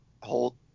hold